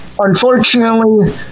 unfortunately